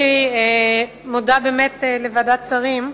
אני מודה באמת לוועדת השרים,